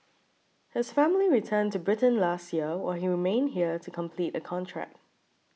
his family returned to Britain last year while he remained here to complete a contract